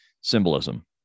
symbolism